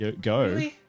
Go